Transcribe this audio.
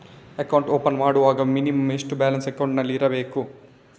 Account open ಮಾಡುವಾಗ minimum ಎಷ್ಟು balance ಅಕೌಂಟಿನಲ್ಲಿ ಇರಬೇಕು?